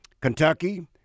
Kentucky